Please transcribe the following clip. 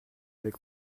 avec